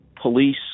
police